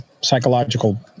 psychological